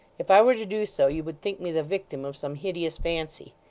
if i were to do so, you would think me the victim of some hideous fancy.